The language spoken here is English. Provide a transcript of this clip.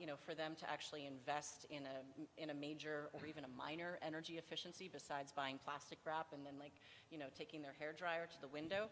you know for them to actually invest in a major or even a minor energy efficiency besides buying plastic crap and then lead taking their hair dryer to the window